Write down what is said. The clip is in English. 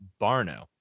Barno